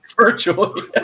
Virtually